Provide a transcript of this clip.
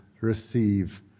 receive